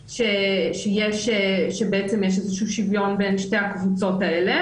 שיש איזשהו שוויון בין שתי הקבוצות האלה,